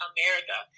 America